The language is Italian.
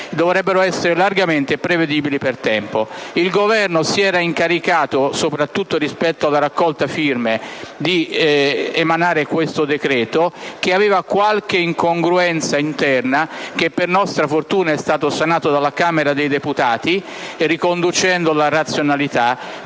dovrebbero essere fisse e largamente prevedibili per tempo. Il Governo si era incaricato, soprattutto rispetto alla raccolta firme, di emanare questo decreto, che presentava qualche incongruenza interna, che per nostra fortuna è stata sanata dalla Camera dei deputati, riconducendolo a razionalità.